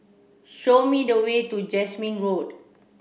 show me the way to Jasmine Road